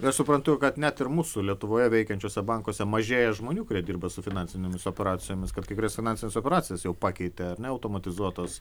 aš suprantu kad net ir mūsų lietuvoje veikiančiuose bankuose mažėja žmonių kurie dirba su finansinėmis operacijomis kad kai kurias finansines operacijas jau pakeitė ar ne automatizuotos